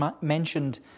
mentioned